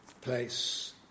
place